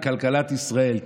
לכלכלת ישראל,